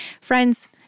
Friends